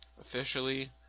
officially